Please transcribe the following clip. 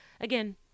again